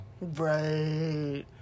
Right